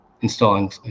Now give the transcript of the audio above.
installing